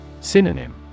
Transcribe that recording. Synonym